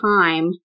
time